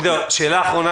שאלה אחרונה,